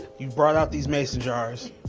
you brought out these mason jars.